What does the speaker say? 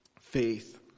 faith